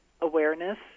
awareness